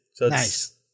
Nice